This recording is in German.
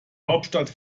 hauptstadt